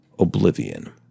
oblivion